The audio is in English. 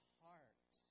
heart